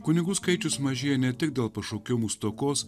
kunigų skaičius mažėja ne tik dėl pašaukimų stokos